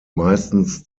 meistens